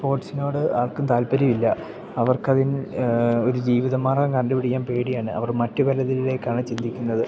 സ്പോട്സിനോട് ആർക്കും താൽപ്പര്യമില്ല അവർക്കതിൽ ഒരു ജീവിതമാർഗ്ഗം കണ്ടു പിടിക്കാൻ പേടിയാണ് അവർ മറ്റു പലതിലേക്കാണ് ചിന്തിക്കുന്നത്